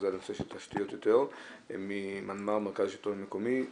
זה הנושא של תשתיות ממנמ"ר מרכז השלטון המקומי,